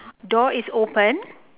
door is open